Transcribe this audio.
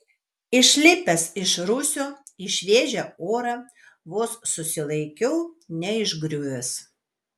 išlipęs iš rūsio į šviežią orą vos susilaikiau neišgriuvęs